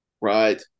Right